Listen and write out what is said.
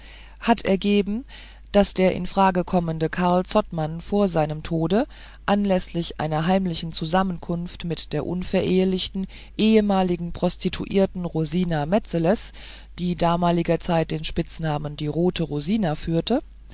hat ergeben daß der in frage kommende karl zottmann vor seinem tode anläßlich einer heimlichen zusammenkunft mit der unverehelichten ehemaligen prostituierten rosina metzeles die damaliger zeit den spitznamen die rote rosina führte